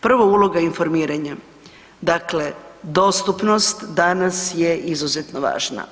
Prvo uloga informiranja, dakle dostupnost danas je izuzetno važna.